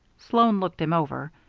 sloan looked him over.